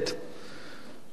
חלקם,